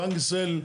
בנק ישראל,